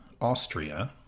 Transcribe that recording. Austria